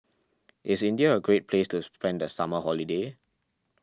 is India a great place to spend the summer holiday